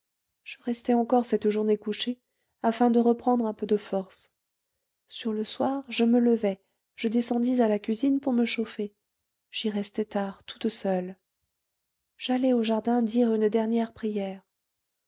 je restai encore cette journée couchée afin de reprendre un peu de force sur le soir je me levai je descendis à la cuisine pour me chauffer j'y restai tard toute seule j'allai au jardin dire une dernière prière